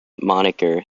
moniker